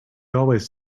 always